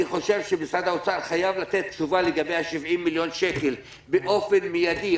אני חושב שמשרד האוצר חייב לתת תשובה לגבי ה-70 מיליון שקל באופן מידי,